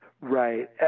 Right